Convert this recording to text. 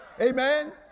Amen